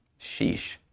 Sheesh